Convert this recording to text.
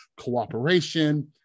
cooperation